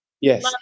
Yes